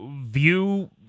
view